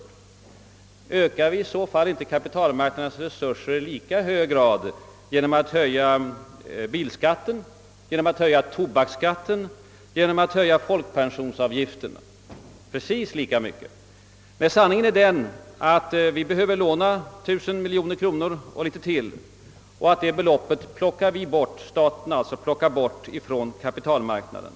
Men ökar vi inte kapitalmarknadens resurser i lika hög grad genom att höja bilskatten, genom att höja tobaksskatten, genom att höja folkpensionsavgifterna? Jo, precis lika mycket. Sanningen är den att vi behöver låna 1000 miljoner kronor och litet till. Detta belopp plockar staten bort från kapitalmarknaden.